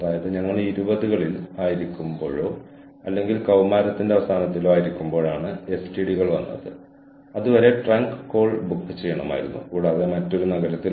അതിനാൽ ജീവനക്കാരുടെ തലത്തിൽ പെർസീവ്ഡ് എച്ച്ആർ സിസ്റ്റങ്ങൾ അതാണ് ഈ ചെറിയ ബോക്സ് വ്യക്തിഗത അറിവ് കഴിവുകൾ നൈപുണ്യങ്ങൾ മറ്റ് സവിശേഷതകൾ എന്നിവയിലേക്ക് അത് പോഷിപ്പിക്കുന്നു